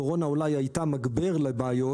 הקורונה אולי הייתה מגבר לבעיות,